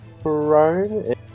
prone